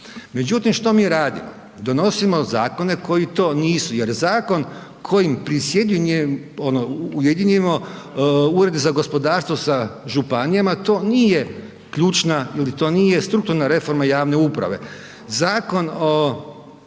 Međutim, što mi radimo? Donosimo zakone koji to nisu jer zakon kojim ujedinimo urede za gospodarstvo sa županijama, to nije ključna ili to nije strukturna reforma javne uprave.